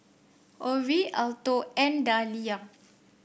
Orie Alto and Dalia